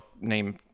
name